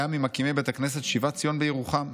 היה ממקימי בית הכנסת שיבת ציון בירוחם,